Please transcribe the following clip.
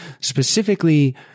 specifically